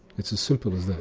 it's as simple as that,